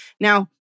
Now